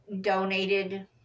donated